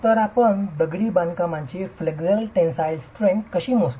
तर आपण दगडी बांधकामाची फ्लेक्सरल टेनसाईल स्ट्रेंग्थ कशी मोजता